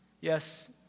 Yes